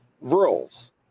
rules